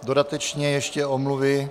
Dodatečně ještě omluvy.